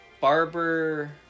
barber